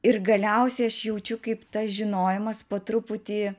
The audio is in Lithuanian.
ir galiausiai aš jaučiu kaip tas žinojimas po truputį